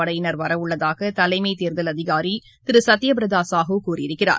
படையினர் வரவுள்ளதாக தலைமைத் தேர்தல் அதிகாரி திரு சத்யபிரதா சாஹூ கூறியிருக்கிறார்